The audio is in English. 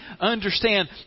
understand